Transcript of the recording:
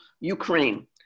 Ukraine